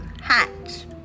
hat